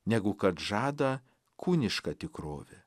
negu kad žada kūniška tikrovė